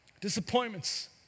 Disappointments